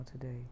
today